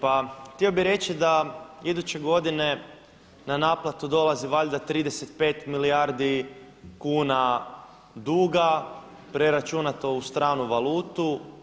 Pa htio bih reći da iduće godine na naplatu dolazi valjda 35 milijardi kuna duga preračunato u stranu valutu.